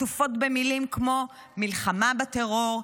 עטופות במילים כמו "מלחמה בטרור",